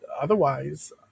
otherwise